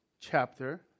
chapter